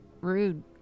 rude